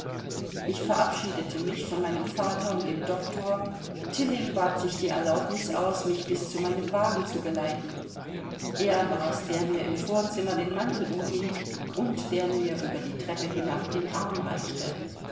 ich verabschiedete mich von meinem vater und dem doktor tilling bat sich die erlaubnis aus mich bis zu meinem wagen zu geleiten er war's der mir im vorzimmer den mantel umhing und der mir über die treppe hinab den arm reichte